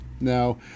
Now